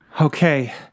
Okay